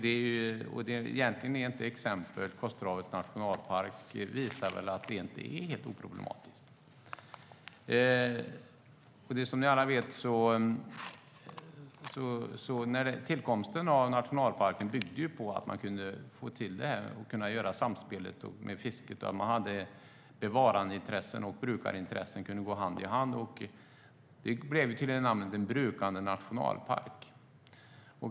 Exemplet med Kosterhavets nationalpark visar väl också att det inte är helt oproblematiskt. Tillkomsten av nationalparken byggde som ni alla vet på att man kunde få till ett samspel med fisket, så att bevarandeintressen och brukarintressen kunde gå hand i hand. Det blev en brukande nationalpark.